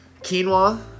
Quinoa